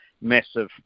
massive